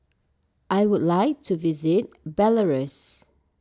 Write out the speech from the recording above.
I would like to visit Belarus